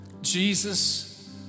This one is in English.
Jesus